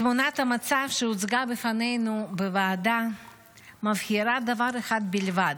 תמונת המצב שהוצגה בפנינו בוועדה מבהירה דבר אחד בלבד: